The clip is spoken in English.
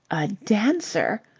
a dancer!